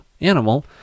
animal